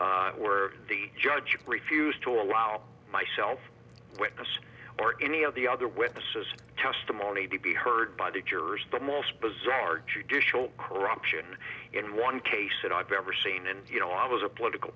where the judge refused to allow myself witness or any of the other witnesses testimony to be heard by the jurors the most bizarre judicial corruption in one case that i've ever seen and you know i was a political